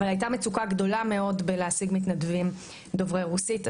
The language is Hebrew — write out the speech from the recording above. אבל הייתה מצוקה גדולה מאוד בלהשיג מתנדבים דוברי רוסית.